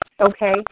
Okay